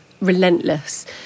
relentless